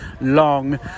long